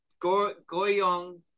goyong